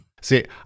See